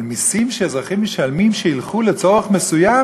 אבל מסים שאזרחים משלמים שילכו לצורך מסוים,